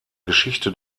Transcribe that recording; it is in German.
geschichte